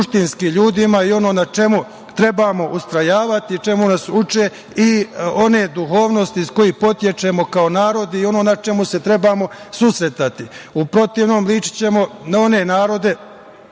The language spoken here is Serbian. i ono na čemu trebamo istrajavati i čemu nas uče i one duhovnosti iz kojih potičemo kao narod i ono na čemu se trebamo susretati. U protivnom ličićemo na one narode